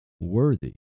worthy